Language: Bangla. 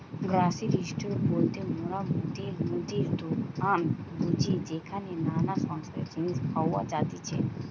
গ্রসারি স্টোর বলতে মোরা মুদির দোকান বুঝি যেখানে নানা সংসারের জিনিস পাওয়া যাতিছে